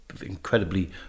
incredibly